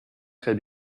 très